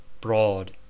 Broad